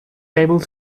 able